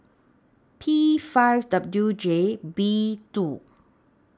P five W J B two